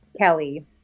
Kelly